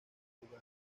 jugando